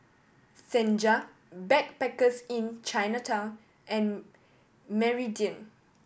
Senja Backpackers Inn Chinatown and Meridian